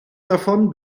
davon